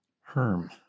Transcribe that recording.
Herm